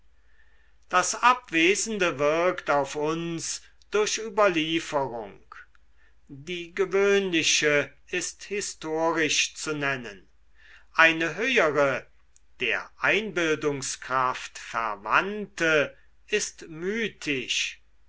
das abwesende wirkt auf uns durch überlieferung die gewöhnliche ist historisch zu nennen eine höhere der einbildungskraft verwandte ist